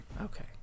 Okay